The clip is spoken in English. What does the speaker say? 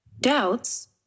Doubts